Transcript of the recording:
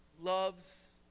loves